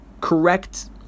correct